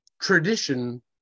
tradition